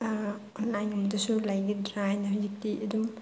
ꯑꯣꯟꯂꯥꯏꯟꯂꯣꯝꯗꯁꯨ ꯂꯩꯒꯗ꯭ꯔ ꯍꯥꯏꯅ ꯍꯧꯖꯤꯛꯇꯤ ꯑꯗꯨꯝ